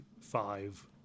five